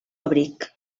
abric